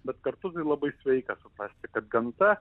bet kartu labai sveika suprasti kad gamta